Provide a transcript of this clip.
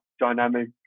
Dynamic